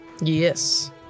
Yes